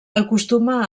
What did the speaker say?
acostuma